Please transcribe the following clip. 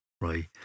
right